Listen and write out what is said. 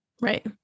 Right